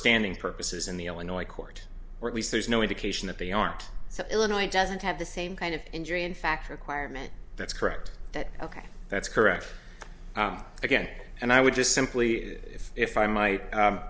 standing purposes in the illinois court or at least there's no indication that they aren't so illinois doesn't have the same kind of injury in fact requirement that's correct that ok that's correct again and i would just simply if i might